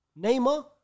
Neymar